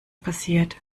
passiert